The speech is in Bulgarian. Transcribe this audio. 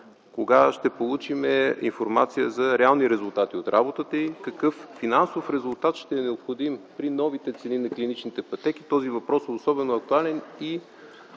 Кога ще получим информация за реални резултати от работата й? Какъв финансов резултат ще е необходим при новите цени на клиничните пътеки? Този въпрос е особено актуален и